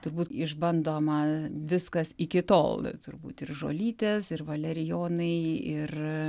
turbūt išbandoma viskas iki tol turbūt ir žolytės ir valerijonai ir